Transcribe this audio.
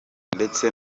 ndetse